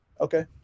okay